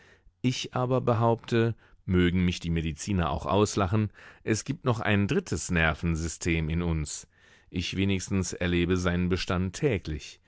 ich aber behaupte mögen mich die mediziner auch auslachen es gibt noch ein drittes nervensystem in uns ich wenigstens erlebe seinen bestand